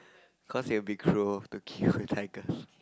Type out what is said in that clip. cause it will be cruel to kill the tigers